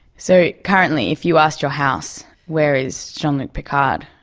so currently if you asked your house, where is jean-luc picard,